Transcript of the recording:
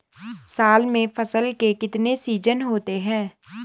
साल में फसल के कितने सीजन होते हैं?